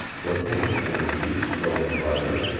the pink in her cheeks growing brighter.